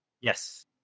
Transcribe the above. Yes